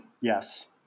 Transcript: yes